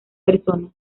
persona